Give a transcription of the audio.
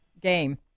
game